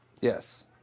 Yes